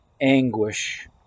anguish